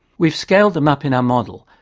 we've scaled them up in our model,